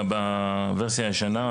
בוורסיה הישנה,